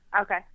Okay